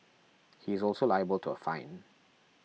he is also liable to a fine